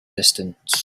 distance